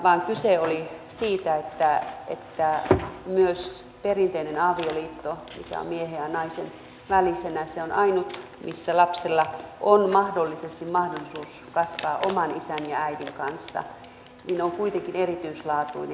vaan kyse oli siitä että perinteinen avioliitto miehen ja naisen välisenä ainut missä lapsella on mahdollisesti mahdollisuus kasvaa oman isän ja äidin kanssa on kuitenkin erityislaatuinen